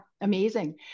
Amazing